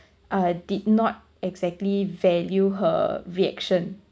uh did not exactly value her reaction